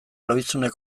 lohizune